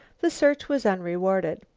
the search was unrewarded.